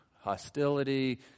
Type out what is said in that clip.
hostility